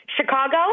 Chicago